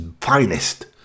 finest